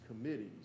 committees